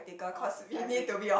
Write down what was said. orh it's airplane